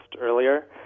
earlier